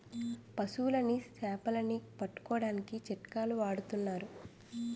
పశువులని సేపలని పట్టుకోడానికి చిక్కాలు వాడతన్నారు